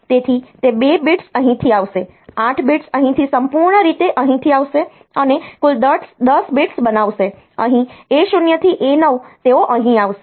તેથી તે 2 બિટ્સ અહીંથી આવશે 8 બિટ્સ અહીંથી સંપૂર્ણ રીતે અહીંથી આવશે અને કુલ 10 બિટ્સ બનાવશે અહીં A0 થી A9 તેઓ અહીં આવશે